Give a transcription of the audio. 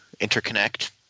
interconnect